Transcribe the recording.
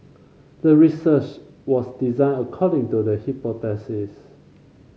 the research was designed according to the hypothesis